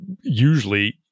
usually